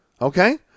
Okay